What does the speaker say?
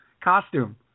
Costume